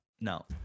No